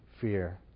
fear